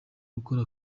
gukora